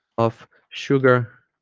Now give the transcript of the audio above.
of sugar